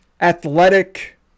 athletic